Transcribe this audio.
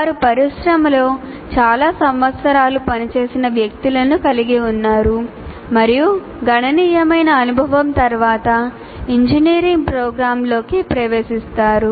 వారు పరిశ్రమలో చాలా సంవత్సరాలు పనిచేసిన వ్యక్తులను కలిగి ఉన్నారు మరియు గణనీయమైన అనుభవం తర్వాత ఇంజనీరింగ్ ప్రోగ్రామ్లోకి ప్రవేశిస్తారు